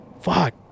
fuck